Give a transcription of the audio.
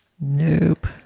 Nope